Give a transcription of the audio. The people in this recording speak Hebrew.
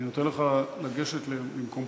אני נותן לך לגשת למקומך,